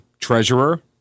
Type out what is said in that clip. treasurer